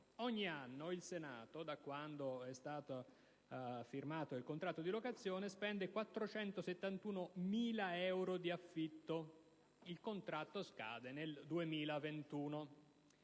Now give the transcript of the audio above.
Ogni anno il Senato, da quando è stato firmato il contratto di locazione, spende 471.000 euro di affitto. Il contratto scade nel 2021.